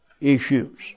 issues